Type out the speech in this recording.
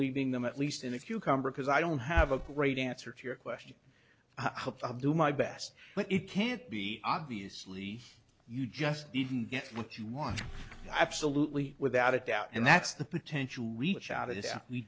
leaving them at least in a cucumber because i don't have a great answer to your question how do my best but it can't be obviously you just didn't get what you want i salute lee without a doubt and that's the potential